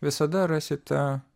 visada rasite